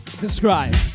describe